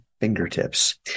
fingertips